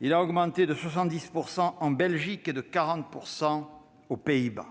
et il a augmenté de 70 % en Belgique et de 40 % aux Pays-Bas.